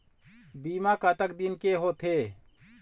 बीमा कतक दिन के होते?